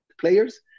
players